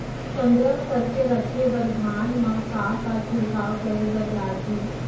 संग्रह करके रखे बर धान मा का का छिड़काव करे बर लागही?